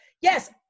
yes